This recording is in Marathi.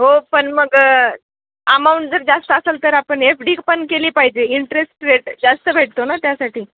हो पण मग अमाऊंट जर जास्त असेल तर आपण एफ डी पण केली पाहिजे इंटरेस्ट रेट जास्त भेटतो ना त्यासाठी